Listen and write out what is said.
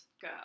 go